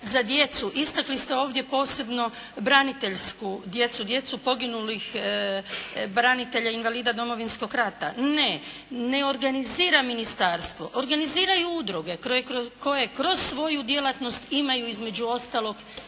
za djecu, istakli ste ovdje posebno braniteljsku djecu, djecu poginulih branitelja, invalida Domovinskog rata. Ne. Ne organizira ministarstvo, organiziraju udruge koje kroz svoju djelatnost imaju između ostalog,